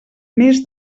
més